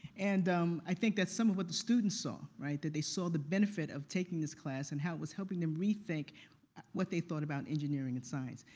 and um i think that some of what the students saw, that they saw the benefit of taking this class and how it was helping them rethink what they thought about engineering and science.